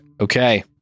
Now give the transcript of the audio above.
Okay